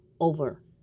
over